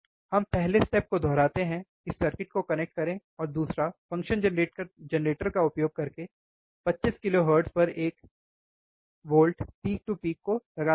हम पहले स्टेप को दोहराते है कि सर्किट को कनेक्ट करें और दूसरा फ़ंक्शन जेनरेटर का उपयोग करके 25 kHz पर एक वोल्ट पीक टू पीक को लगाते हैं